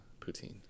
Poutine